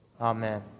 Amen